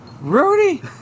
Rudy